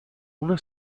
una